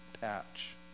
patch